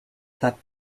that